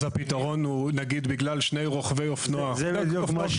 אז בגלל שני רוכבי אופנוע הפתרון הוא כזה?